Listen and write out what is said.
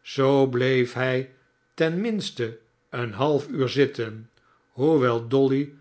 zoo bleef hij ten minste een half uur zitten hoewel dolly